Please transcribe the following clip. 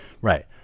Right